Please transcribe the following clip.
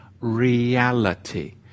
reality